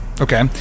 Okay